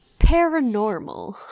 paranormal